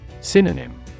Synonym